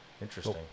Interesting